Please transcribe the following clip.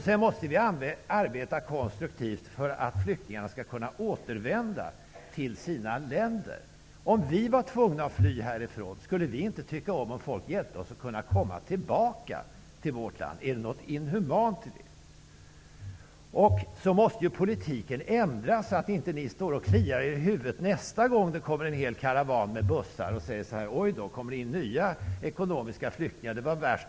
Sedan måste vi arbeta konstruktivt för att flyktingarna skall kunna återvända till sina länder. Om vi var tvungna att fly härifrån, skulle vi då inte tycka om att folk hjälpte oss att komma tillbaka till vårt land? Är det något inhumant i detta? Politiken måste ju ändras så att ni inte nästa gång det kommer en hel karavan av bussar står där och kliar er i huvudet och säger: Oj då, kommer det in nya ekonomiska flyktingar! Det var värst.